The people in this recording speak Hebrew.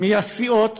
מהסיעות